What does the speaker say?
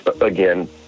again